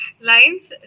lines